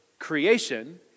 Creation